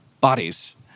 bodies